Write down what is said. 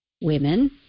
women